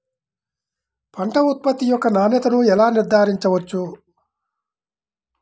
పంట ఉత్పత్తి యొక్క నాణ్యతను ఎలా నిర్ధారించవచ్చు?